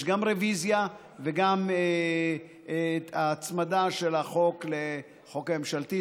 יש גם רוויזיה וגם את ההצמדה של החוק לחוק הממשלתי.